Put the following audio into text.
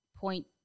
point